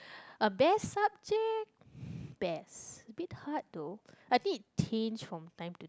a best subject best the bid hard though I think it change from time to